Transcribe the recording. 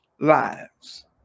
lives